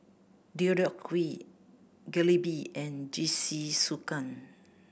Deodeok Gui Jalebi and Jingisukan